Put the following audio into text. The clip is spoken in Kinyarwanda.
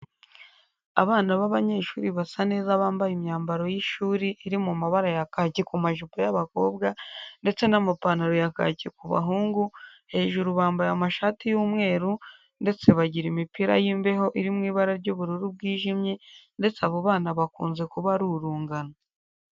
Abana b'abanyeshuri basa neza bambaye imyambaro y'ishuri iri mu mabara ya kaki ku majipo y'abakobwa ndetse n'amapantaro ya kaki ku bahungu, hejuru bambaye amashati y'umweru ndetse bagira imipira y'imbeho iri mu ibara ry'ubururu bwijimye ndetse abo bana bakunze kuba ari urungano..